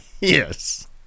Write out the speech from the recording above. Yes